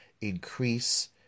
Increase